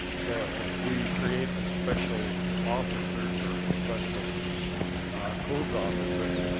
so if we create the special officers or the special codes officers,